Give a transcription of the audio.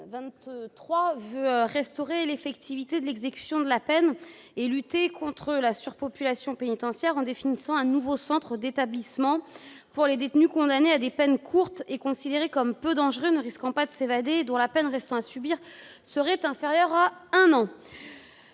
23 veut restaurer l'effectivité de l'exécution de la peine et lutter contre la surpopulation pénitentiaire en définissant un nouveau type d'établissement pénitentiaire pour les détenus condamnés à des peines courtes et « considérés comme peu dangereux, ne risquant pas de s'évader et dont la peine restant à subir serait inférieure à un an